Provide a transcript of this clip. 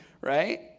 right